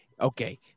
Okay